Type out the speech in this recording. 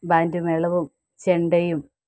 bank മേളവും ചെണ്ടയും